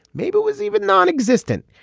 maybe it was even non-existent.